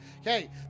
Okay